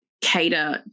cater